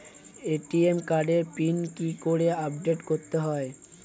ATM কার্ডের pin কি করে আপডেট করতে হয়?